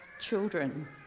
children